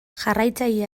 jarraitzaile